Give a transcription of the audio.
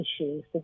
issues